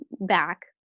back